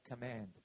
command